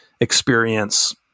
experience